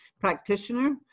practitioner